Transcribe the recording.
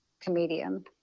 comedian